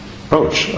approach